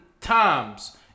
Times